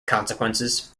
consequences